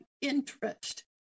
interest